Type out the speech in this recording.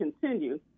continue